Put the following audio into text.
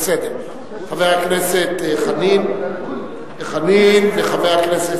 חבר הכנסת חנין וחבר הכנסת